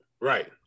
Right